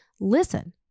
listen